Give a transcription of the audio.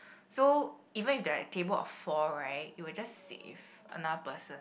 so even if there are like table of four right you will just sit with another person